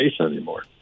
anymore